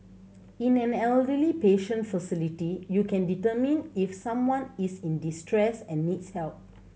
in an elderly patient facility you can determine if someone is in distress and needs help